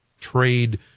trade